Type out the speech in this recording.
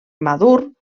madur